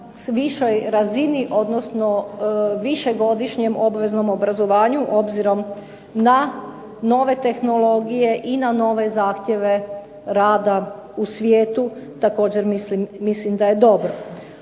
višoj razini odnosno višegodišnjem obveznom obrazovanju, obzirom na nove tehnologije i na nove zahtjeve rada u svijetu također mislim da je dobro.